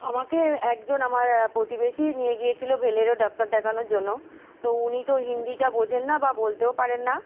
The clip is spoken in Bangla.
আমাকে একজন আমার প্রতিবেশী নিয়ে গিয়েছিল ভেলোরে ডাক্তার দেখানোর জন্য তো উনি তো হিন্দিটা বোঝেন না বা বলতেও পারেন না